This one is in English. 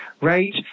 right